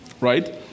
Right